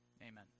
Amen